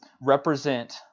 represent